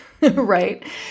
Right